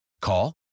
Call